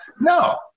No